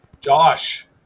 josh